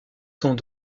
sont